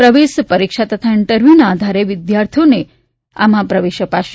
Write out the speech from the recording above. પ્રવેશ પરીક્ષા તથા ઇન્ટરવ્યુના આધારે વિદ્યાર્થીઓને પ્રવેશ અપાશે